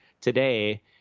today—